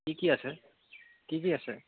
কি কি আছে কি কি আছে